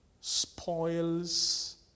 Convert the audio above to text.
spoils